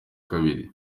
kabiri